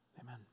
Amen